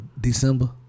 December